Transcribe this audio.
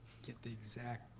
get the exact.